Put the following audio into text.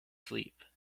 sleep